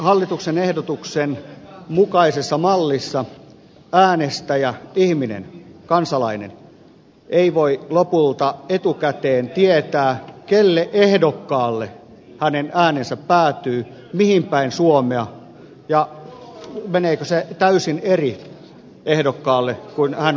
hallituksen ehdotuksen mukaisessa mallissa äänestäjä ihminen kansalainen ei voi lopulta etukäteen tietää mille ehdokkaalle hänen äänensä päätyy mihin päin suomea ja meneekö se täysin eri ehdokkaalle kuin hän on tarkoittanut